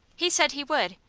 he said he would,